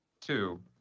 two